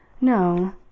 No